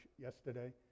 yesterday